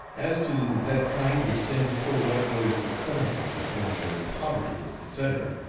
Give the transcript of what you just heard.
as to that kind which sends poor white boys to coventry, because of their poverty, etc,